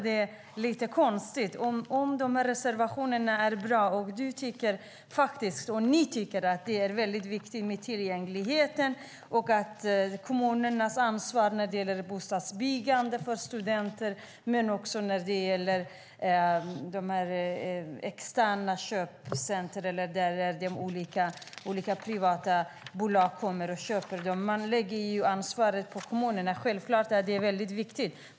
Det är lite konstigt om de här reservationerna är bra och ni tycker att det är viktigt med tillgängligheten och kommunernas ansvar när det gäller bostadsbyggande för studenter men också när det gäller externa köpcentrum eller när olika privata bolag kommer och köper dem. Man lägger ansvaret på kommunerna. Självklart är det viktigt.